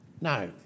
Now